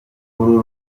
uru